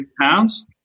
pounds